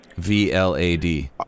VLAD